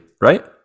right